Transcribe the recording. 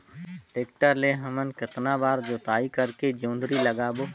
Tractor ले हमन कतना बार जोताई करेके जोंदरी लगाबो?